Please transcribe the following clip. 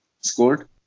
scored